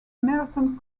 merton